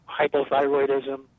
hypothyroidism